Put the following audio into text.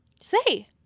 Say